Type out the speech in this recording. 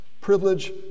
Privilege